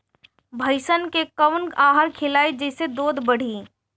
भइस के कवन आहार खिलाई जेसे दूध बढ़ी?